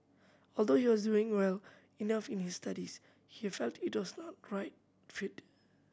although he was well enough in his studies he felt it was not right fit